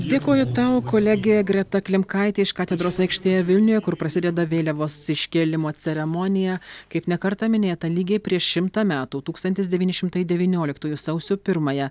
dėkoju tau kolegė greta klimkaitė iš katedros aikštėje vilniuje kur prasideda vėliavos iškėlimo ceremonija kaip ne kartą minėta lygiai prieš šimtą metų tūkstantis devyni šimtai devynioliktųjų sausio pirmąją